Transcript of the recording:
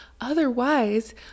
otherwise